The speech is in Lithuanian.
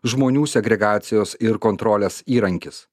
žmonių segregacijos ir kontrolės įrankis